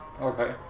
Okay